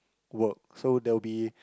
work so there will be